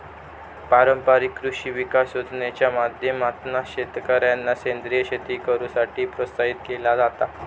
पारंपारिक कृषी विकास योजनेच्या माध्यमातना शेतकऱ्यांका सेंद्रीय शेती करुसाठी प्रोत्साहित केला जाता